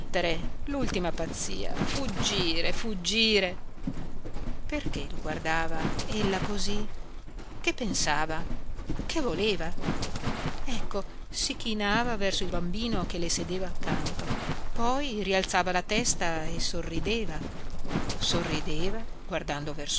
l'ultima pazzia fuggire fuggire perché lo guardava ella cosí che pensava che voleva ecco si chinava verso il bambino che le sedeva accanto poi rialzava la testa e sorrideva sorrideva guardando